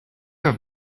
have